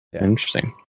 Interesting